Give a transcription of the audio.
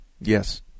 Yes